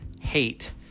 hate